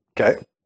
Okay